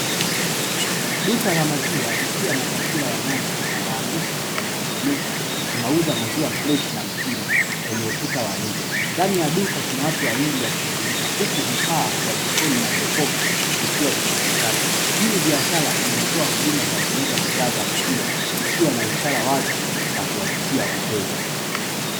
Duka la maziwa likiwa na taswira ya ng'ombe na maandishi yanayosomeka "tunauza maziwa freshi na mtindi" kwenye ukuta wa nje. Ndani ya duka kuna watu wawili wakishughulika huku vifaa vya jikoni na jokofu vikiwa vinaonekana. Hii ni biashara inayotoa huduma za kuuza bidhaa za maziwa ikiwa na ishara wazi za kuwavutia wateja.